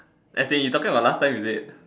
as in you talking about last time is it